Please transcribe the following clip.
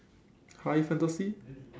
high fantasy